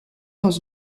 dans